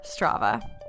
Strava